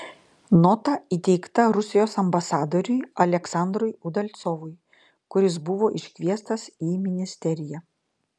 nota įteikta rusijos ambasadoriui aleksandrui udalcovui kuris buvo iškviestas į ministeriją